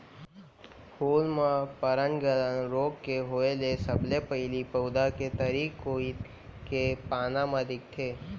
फूल म पर्नगलन रोग के होय ले सबले पहिली पउधा के तरी कोइत के पाना म दिखथे